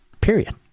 Period